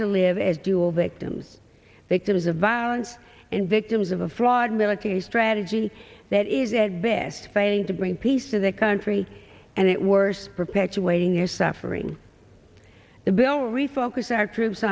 to live as dual victims victims of violence and victims of a fraud military strategy that is at best fighting to bring peace to that country and it worst perpetuating your suffering the bill refocus our troops